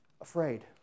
Afraid